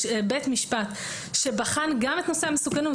יש בית משפט שבחן גם את נושא המסוכנות,